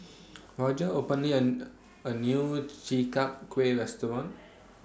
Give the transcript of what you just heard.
Roger openly and A New Chi Kak Kuih Restaurant